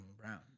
Brown